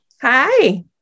Hi